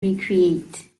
recreate